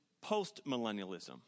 post-millennialism